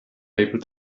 able